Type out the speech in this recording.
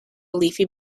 leafy